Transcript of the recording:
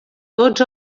tots